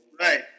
Right